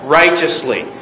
righteously